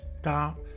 stop